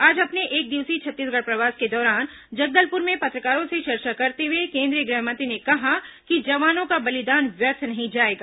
आज अपने एकदिवसीय छत्तीसगढ़ प्रवास के दौरान जगदलपुर में पत्रकारों से चर्चा करते हुए केंद्रीय ग्रहमंत्री ने कहा कि जवानों का बलिदान व्यर्थ नहीं जाएगा